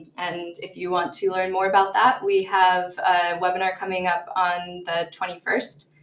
and if you want to learn more about that, we have a webinar coming up on the twenty first,